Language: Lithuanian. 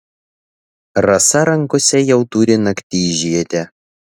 rasa rankose jau turi naktižiedę